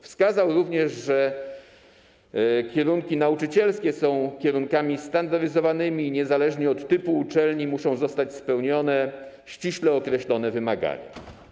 Wskazał również, że kierunki nauczycielskie są kierunkami standaryzowanymi, niezależnie od typu uczelni muszą zostać spełnione ściśle określone wymagania.